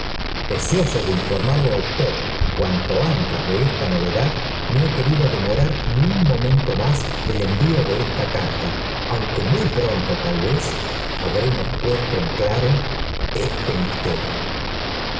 deseoso de informarlo á usted cuanto antes de esta novedad no he querido demorar ni un mo pronto tefveí t n tí de esta carta aunque muy pronto tal vez habremos puesto en claro este mis